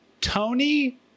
Tony